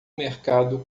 mercado